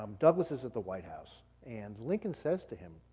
um douglass is at the white house, and lincoln says to him,